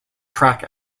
track